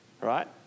Right